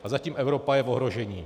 A zatím Evropa je v ohrožení!